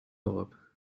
dorp